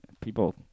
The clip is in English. People